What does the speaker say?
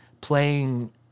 playing